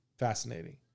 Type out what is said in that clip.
fascinating